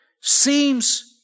seems